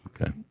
Okay